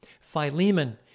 Philemon